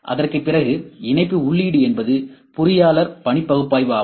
அதன் பிறகு இணைப்பு உள்ளீடு என்பது பொறியாளர் பணிப்பாய்வு ஆகும்